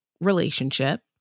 relationship